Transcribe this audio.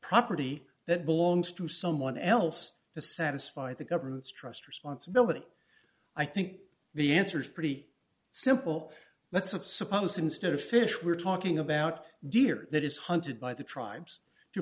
property that belongs to someone else to satisfy the government's trust responsibility i think the answer is pretty simple let's of suppose instead of fish we're talking about deer that is hunted by the tribes